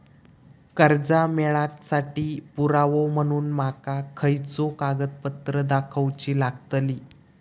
कर्जा मेळाक साठी पुरावो म्हणून माका खयचो कागदपत्र दाखवुची लागतली?